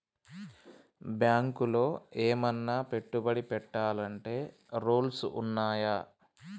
బ్యాంకులో ఏమన్నా పెట్టుబడి పెట్టాలంటే రూల్స్ ఉన్నయా?